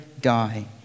die